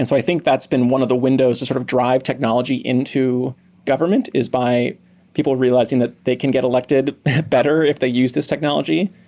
and i think that's been one of the windows that and sort of drive technology into government is by people realizing that they can get elected better if they use this technology.